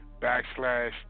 backslash